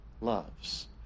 loves